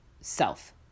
self